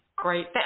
Great